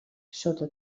sota